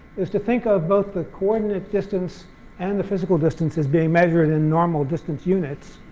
is to think of both the coordinate distance and the physical distances being measured in normal distance units,